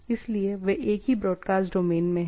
इसलिए वे एक ही ब्रॉडकास्ट डोमेन में हैं